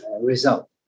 result